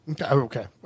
okay